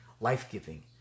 life-giving